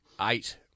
eight